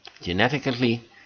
Genetically